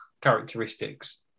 characteristics